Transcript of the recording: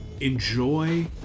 enjoy